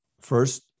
first